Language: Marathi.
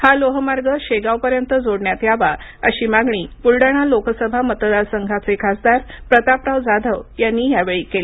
हा लोहमार्ग शेगावपर्यंत जोडण्यात यावा अशी मागणी ब्रलडाणा लोकसभा मतदार संघाचे खासदार प्रतापराव जाधव यांनी यावेळी केली